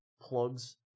plugs